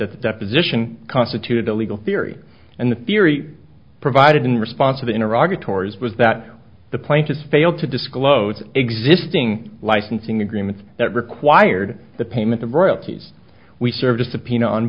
that the deposition constituted a legal theory and the theory provided in response to the iraq tours was that the plaintiffs failed to disclose existing licensing agreements that required the payment of royalties we served a subpoena on